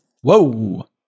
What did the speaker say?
Whoa